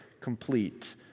complete